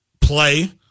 play